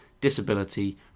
disability